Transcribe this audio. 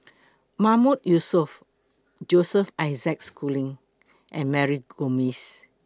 Mahmood Yusof Joseph Isaac Schooling and Mary Gomes